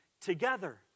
together